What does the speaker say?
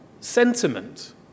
sentiment